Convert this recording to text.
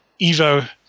Evo